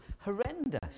horrendous